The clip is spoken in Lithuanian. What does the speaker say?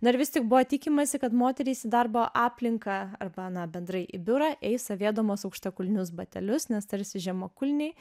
na ir vis tik buvo tikimasi kad moterys į darbo aplinką arba na bendrai į biurą eis avėdamos aukštakulnius batelius nes tarsi žemakulniai